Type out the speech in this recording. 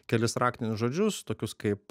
kelis raktinius žodžius tokius kaip